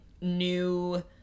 new